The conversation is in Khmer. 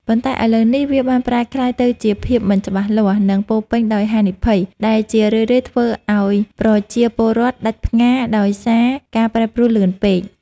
ប៉ុន្តែឥឡូវនេះវាបានប្រែក្លាយទៅជាភាពមិនច្បាស់លាស់ និងពោរពេញដោយហានិភ័យ ដែលជារឿយៗធ្វើឱ្យប្រជាពលរដ្ឋដាច់ផ្ងារដោយសារការប្រែប្រួលលឿនពេក។